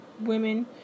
women